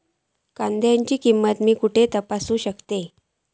कांद्याची किंमत मी खडे तपासू शकतय?